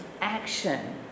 action